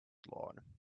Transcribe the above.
lawn